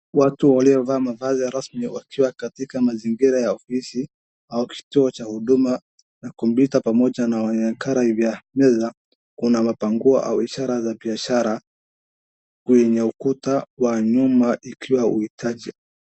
Watu waliovaa mavazi ya rasmi wakiwa katika mazingira ya ofisi, au kituo cha huduma na computer pamoja na nakala juu ya meza, kuna mapanguo, au ishara za biashara kwenye ukuta wa nyuma ikiwa huhitaji.